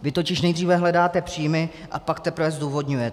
Vy totiž nejdříve hledáte příjmy, a pak teprve zdůvodňujete.